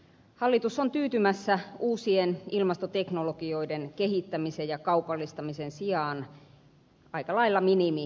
hallitus on tyytymässä uusien ilmastoteknologioiden kehittämisen ja kaupallistamisen sijaan aika lailla minimitavoitteisiin